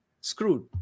screwed